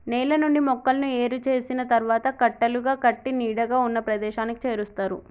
నేల నుండి మొక్కలను ఏరు చేసిన తరువాత కట్టలుగా కట్టి నీడగా ఉన్న ప్రదేశానికి చేరుస్తారు